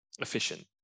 efficient